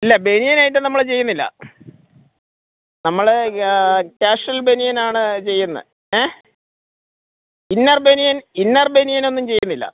ഇല്ല ബനിയൻ ഐറ്റം നമ്മൾ ചെയ്യുന്നില്ല നമ്മൾ ക്യാഷ്വല് ബനിയനാണ് ചെയ്യുന്നത് ഏഹ് ഇന്നര് ബനിയന് ഇന്നര് ബനിയനൊന്നും ചെയ്യുന്നില്ല